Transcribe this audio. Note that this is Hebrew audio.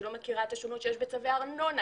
שהיא לא מכירה את השונות שיש בצווי ארנונה,